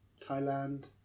thailand